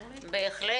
בהחלט.